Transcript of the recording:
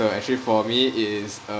so actually for me it's a~